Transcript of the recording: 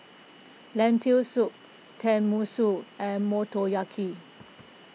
Lentil Soup Tenmusu and Motoyaki